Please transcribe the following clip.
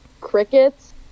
crickets